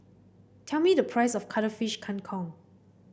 tell me the price of Cuttlefish Kang Kong